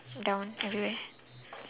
down everywhere